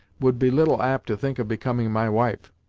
would be little apt to think of becoming my wife.